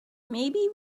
maybe